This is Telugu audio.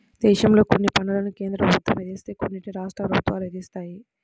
దేశంలో కొన్ని పన్నులను కేంద్ర ప్రభుత్వం విధిస్తే కొన్నిటిని రాష్ట్ర ప్రభుత్వాలు విధిస్తాయి